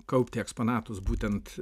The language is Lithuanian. kaupti eksponatus būtent